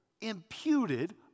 imputed